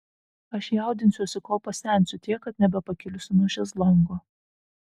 aš jaudinsiuosi kol pasensiu tiek kad nebepakilsiu nuo šezlongo